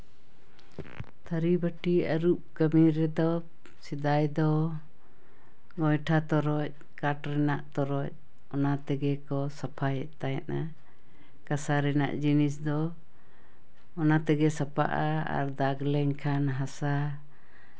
ᱛᱷᱟᱹᱨᱤᱵᱟᱹᱴᱤ ᱟᱹᱨᱩᱵ ᱠᱟᱹᱢᱤ ᱨᱮᱫᱚ ᱥᱮᱫᱟᱭ ᱫᱚ ᱜᱚᱭᱴᱷᱟ ᱛᱚᱨᱚᱡ ᱠᱟᱴᱷ ᱨᱮᱱᱟᱜ ᱛᱚᱨᱚᱡ ᱚᱱᱟ ᱛᱮᱜᱮ ᱠᱚ ᱥᱟᱯᱷᱟᱭᱮᱫ ᱛᱟᱦᱮᱸᱫᱼᱟ ᱠᱟᱸᱥᱟ ᱨᱮᱱᱟᱜ ᱡᱤᱱᱤᱥ ᱫᱚ ᱚᱱᱟ ᱛᱮᱜᱮ ᱥᱟᱯᱷᱟᱜᱼᱟ ᱟᱨ ᱫᱟᱜᱽ ᱞᱮᱱᱠᱷᱟᱱ ᱦᱟᱥᱟ